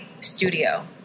studio